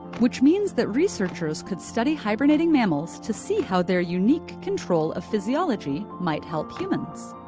which means that researchers could study hibernating mammals to see how their unique control of physiology might help humans.